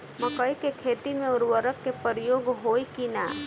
मकई के खेती में उर्वरक के प्रयोग होई की ना?